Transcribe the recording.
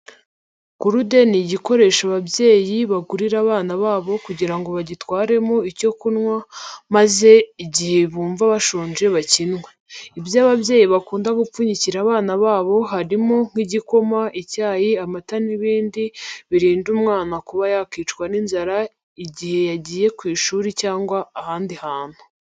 Gurude ni igikoresho ababyeyi bagurira abana babo kugira ngo bagitwaremo icyo kunywa maze igihe bumva bashonje bakinywe. Ibyo ababyeyi bakunda gupfunyikira abana babo harimo nk'igikoma, icyayi, amata n'ibindi birinda umwana kuba yakwicwa n'inzara igihe yagiye ku ishuri cyangwa ahandi hantu.